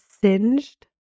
singed